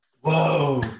Whoa